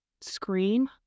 Screen